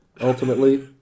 ultimately